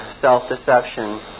self-deception